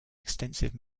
extensive